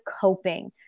coping